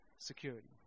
Security